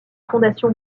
fondation